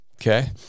Okay